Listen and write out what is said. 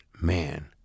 man